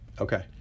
Okay